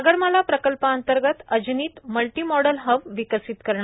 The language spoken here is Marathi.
सागरमाला प्रकल्पांतर्गत अजनीत मल्टीमॉडल हब विकसित करणार